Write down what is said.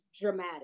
dramatic